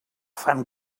fan